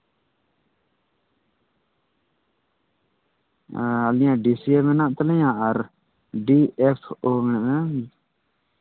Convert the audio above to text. ᱟᱨ ᱟᱹᱞᱤᱧᱟᱜ ᱰᱤᱥᱤᱭᱳᱨ ᱦᱮᱱᱟᱜ ᱛᱟᱞᱤᱧᱟ ᱟᱨ ᱰᱤ ᱮᱥ ᱳ ᱦᱮᱱᱟᱜᱼᱟ